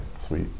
sweet